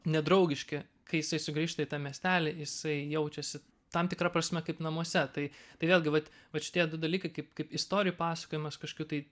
nedraugiški kai jisai sugrįžta į tą miestelį jisai jaučiasi tam tikra prasme kaip namuose tai tai vėlgi vat vat šitie du dalykai kaip kaip istorijų pasakojimas kažkokių tai